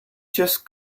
just